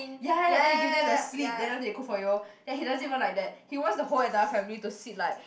ya ya ya then you give them the slip then after that they cook for you ya he doesn't even like that he wants the whole entire family to sit like